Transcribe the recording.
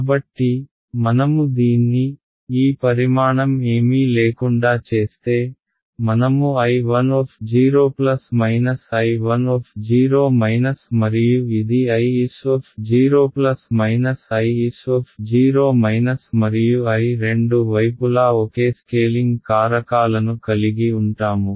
కాబట్టి మనము దీన్ని ఈ పరిమాణం ఏమీ లేకుండా చేస్తే మనము I1 0 I 1 మరియు ఇది Is0 Is మరియు I రెండు వైపులా ఒకే స్కేలింగ్ కారకాలను కలిగి ఉంటాము